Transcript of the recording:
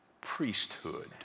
priesthood